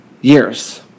years